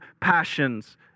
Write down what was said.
passions